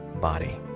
body